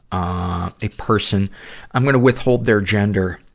ah, a person i'm gonna withhold their gender,